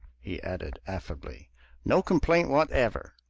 he added affably no complaint whatever!